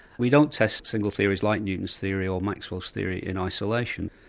we don't test single theories like newton's theory or maxwell's theory, in isolation.